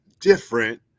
different